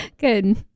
Good